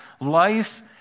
life